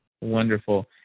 Wonderful